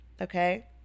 Okay